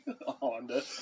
Honda